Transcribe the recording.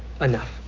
enough